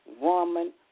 woman